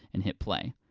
and hit play.